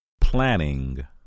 Planning